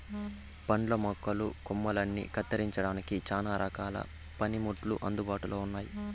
పండ్ల మొక్కల కొమ్మలని కత్తిరించడానికి చానా రకాల పనిముట్లు అందుబాటులో ఉన్నయి